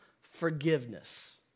forgiveness